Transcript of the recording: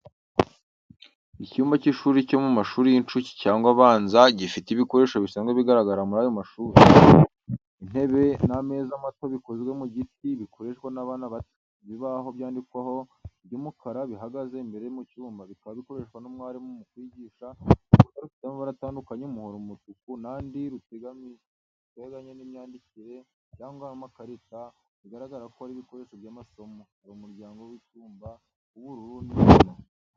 Icyumba cy’ishuri cyo mu mashuri y’inshuke cyangwa abanza, gifite ibikoresho bisanzwe bigaragara muri ayo mashuri, Intebe n’ameza mato bikozwe mu giti, bikoreshwa n’abana bato. Ibibaho byandikwaho, by’umukara bihagaze imbere mu cyumba, bikaba bikoreshwa n’umwarimu mu kwigisha. Urukuta rufite amabara atandukanye, umuhondo, umutuku, n’andi, ruteganye n’imyandikire cyangwa amakarita bigaragara ko ari ibikoresho by’amasomo. Hari umuryango w’icyumba w’ubururu uri inyuma.